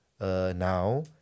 now